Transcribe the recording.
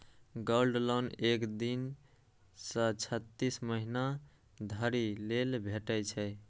gold loan एक दिन सं छत्तीस महीना धरि लेल भेटै छै